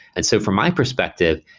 and so from my perspective,